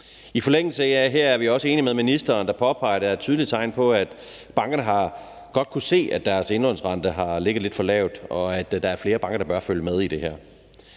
I forlængelse heraf er vi også enige med ministeren, der påpeger, at der er tydelige tegn på, at bankerne godt har kunnet se, at deres indlånsrente har ligget lidt for lavt, og at der er flere banker, der bør følge med på det her